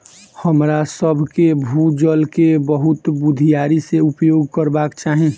हमरासभ के भू जल के बहुत बुधियारी से उपयोग करबाक चाही